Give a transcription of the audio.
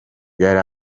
yari